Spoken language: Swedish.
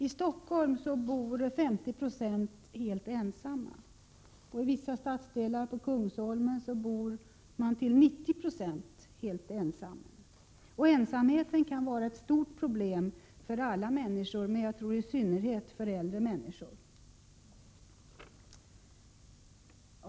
I Stockholm bor 50 96 helt ensamma, men i vissa stadsdelar, som Kungsholmen, bor 90 helt ensamma. Ensamheten kan vara ett stort problem för alla människor, men i synnerhet för äldre.